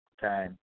time